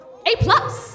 A-plus